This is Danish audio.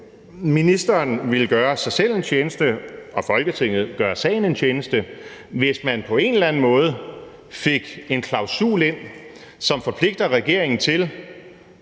ministeren ville gøre sig selv en tjeneste og Folketinget gøre sagen en tjeneste, hvis man på en eller anden måde fik en klausul ind, som forpligter regeringen til